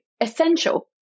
essential